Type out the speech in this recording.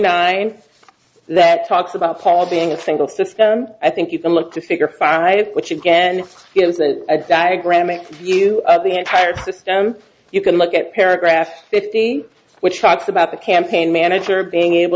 nine that talks about paul being a single system i think you can look to figure five which again gives a diagram it for you the entire system you can look at paragraph which talks about the campaign manager being able